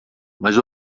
mas